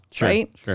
right